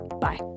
Bye